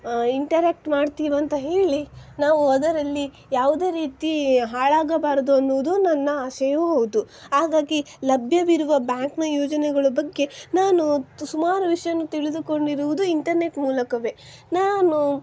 interact ಮಾಡ್ತೀವಂತ ಹೇಳಿ ನಾವು ಅದರಲ್ಲಿ ಯಾವುದೇ ರೀತಿ ಹಾಳಾಗಬಾರದು ಅನ್ನುವುದು ನನ್ನ ಆಸೆಯೂ ಹೌದು ಹಾಗಾಗಿ ಲಭ್ಯವಿರುವ ಬ್ಯಾಂಕ್ನ ಯೋಜನೆಗಳ ಬಗ್ಗೆ ನಾನು ಸುಮಾರು ವಿಷಯವನ್ನು ತಿಳಿದುಕೊಂಡಿರುವುದು ಇಂಟರ್ನೆಟ್ ಮೂಲಕವೇ ನಾನು